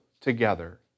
together